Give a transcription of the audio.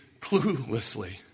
cluelessly